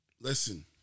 Listen